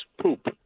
poop